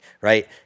right